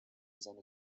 seine